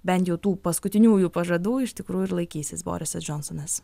bent jau tų paskutiniųjų pažadų iš tikrųjų ir laikysis borisas džonsonas